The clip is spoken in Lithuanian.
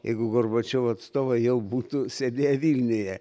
jeigu gorbočiovo atstovai jau būtų sėdėję vilniuje